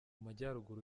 majyaruguru